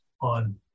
on